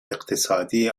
اقتصادی